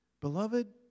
Beloved